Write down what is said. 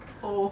oh